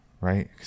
right